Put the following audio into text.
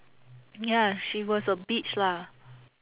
ya she was a bitch lah